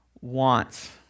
wants